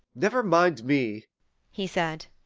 never mind me he said.